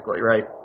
right